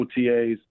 OTAs